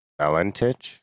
Valentich